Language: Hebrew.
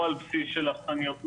או על בסיס של אכסניות נוער,